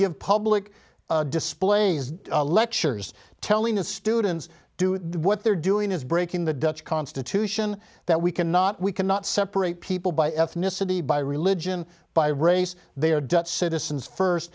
give public displays lectures telling the students do what they're doing is breaking the dutch constitution that we cannot we cannot separate people by ethnicity by religion by race they are debt citizens first